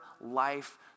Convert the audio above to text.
life